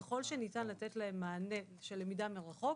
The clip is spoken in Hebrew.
ככל שניתן לתת להם מענה של למידה מרחוק,